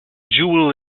jewel